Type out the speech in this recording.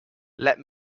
let